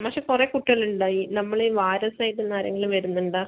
മാഷേ കുറെ കുട്ടികൾ ഉണ്ടാ ഈ നമ്മളുടെ ഈ വാരം സൈഡുന്ന് ആരെങ്കിലും വരുന്നുണ്ടോ